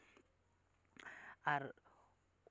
ᱟᱨ